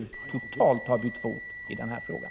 De har nu helt bytt fot i den här frågan.